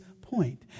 point